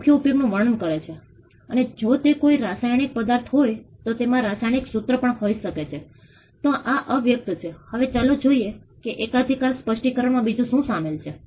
પરંતુ શું ખૂટે છે અમે લોકોને પૂછીએ કે આ પરિમાણો બરાબર છે પરંતુ તમે ખરેખર શું માનો છો કે આ એક્સરસાઇઝ શામેલ નથી